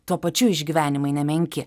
tuo pačiu išgyvenimai nemenki